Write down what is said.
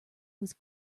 was